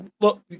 Look